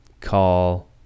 call